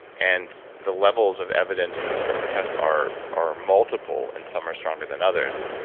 and the levels of evidence to support the tests are are multiple and some are stronger than others.